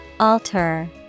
Alter